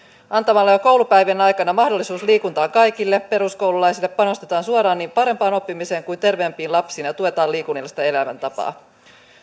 antamalla jo koulupäivien aikana mahdollisuuden liikuntaan kaikille peruskoululaisille panostetaan suoraan niin parempaan oppimiseen kuin terveempiin lapsiin ja tuetaan liikunnallista elämäntapaa